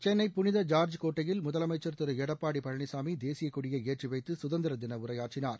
சென்னை புனித ஜார்ஜ் கோட்டையில் முதலமைச்சர் திரு எடப்பாடி பழனிசாமி தேசிய கொடியை ஏற்றிவைத்து சுதந்திர தின உரையாற்றினார்